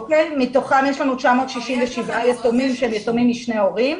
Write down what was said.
מתוכם יש לנו 967 יתומים שהם יתומים משני הורים.